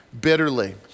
bitterly